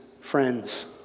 friends